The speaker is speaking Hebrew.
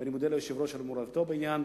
ואני מודה ליושב-ראש על מעורבותו בעניין.